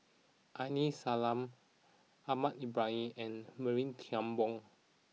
Aini Salang Ahmad Ibrahim and Marie Tian Bong